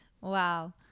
wow